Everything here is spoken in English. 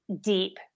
deep